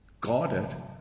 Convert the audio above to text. guarded